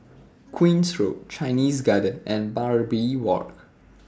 Queen's Road Chinese Garden and Barbary Walk